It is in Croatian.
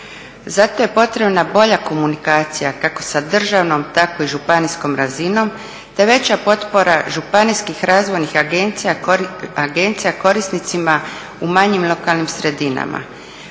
Zato je potrebna bolja komunikacija kako sa državnom tako i sa županijskom razinom, te veća potpora županijskih razvojnih agencija korisnicima u manjim lokalnim sredinama.